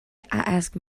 asked